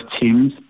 teams